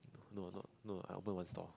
no no no I open my store